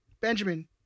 Benjamin